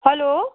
hello